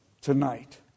tonight